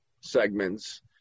segments